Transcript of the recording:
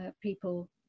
people